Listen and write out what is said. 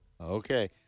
Okay